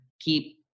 keep